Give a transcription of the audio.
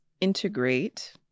integrate